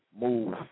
Move